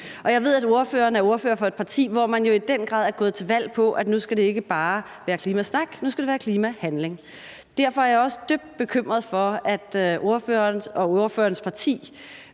Og jeg ved, at ordføreren er ordfører for et parti, hvor man jo i den grad er gået til valg på, at nu skal det ikke bare være klimasnak, nu skal det være klimahandling. Derfor er jeg også dybt bekymret for, at ordføreren og ordførerens parti